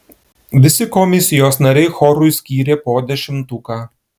visi komisijos nariai chorui skyrė po dešimtuką